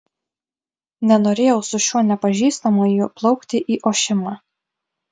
nenorėjau su šiuo nepažįstamuoju plaukti į ošimą